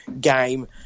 Game